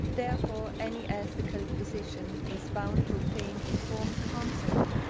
therefore, any ethical physician is bound to obtain informed consent,